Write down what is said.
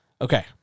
Okay